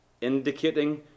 indicating